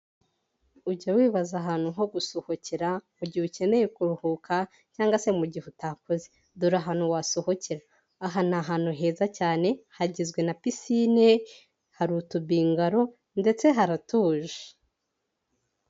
Ujya wibaza ahantu ho gusohokera mu gihe ukeneye kuruhuka cyangwa se mugihe utakoze, dore ahantu wasohokera, aha ni ahantu heza cyane hagizwe na pisine hari utubingaro, ndetse haratuje.